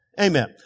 amen